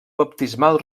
baptismal